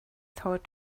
thought